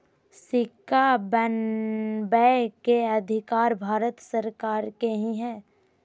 सिक्का बनबै के अधिकार भारत सरकार के ही हइ